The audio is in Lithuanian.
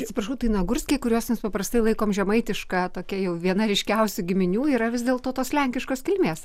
atsiprašau tai nagurskiai kuriuos mes paprastai laikom žemaitišką tokia jau viena ryškiausių giminių yra vis dėlto tos lenkiškos kilmės